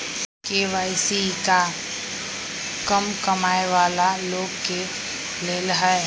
KYC का कम कमाये वाला लोग के लेल है?